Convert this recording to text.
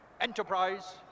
enterprise